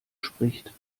spricht